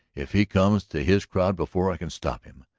if he comes to his crowd before i can stop him,